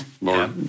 more